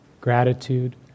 gratitude